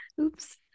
Oops